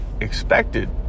expected